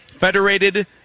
Federated